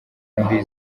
mbi